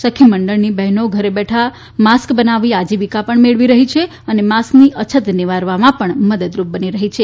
સખીમંડળની બહેનો ઘેર બેઠા માસ્ક બનાવી આજીવિકા પણ મેળવી રહી છે અને માસ્કની અછત નિવારવામાં પણ મદદરૂપ બની રહી છે